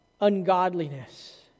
ungodliness